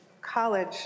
college